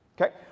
Okay